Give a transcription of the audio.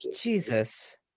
Jesus